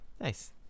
Nice